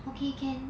okay can